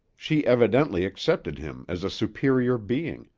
she evidently accepted him as a superior being,